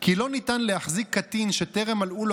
כי לא ניתן להחזיק קטין שטרם מלאו לו